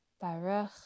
Baruch